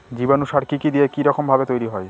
জীবাণু সার কি কি দিয়ে কি রকম ভাবে তৈরি হয়?